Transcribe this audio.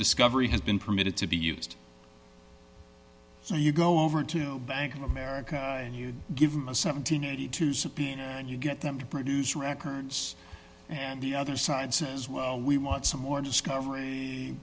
discovery has been permitted to be used so you go over to bank of america and you give them a seven hundred and two subpoena and you get them to produce records and the other side says well we want some more discover